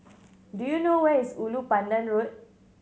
do you know where is Ulu Pandan Road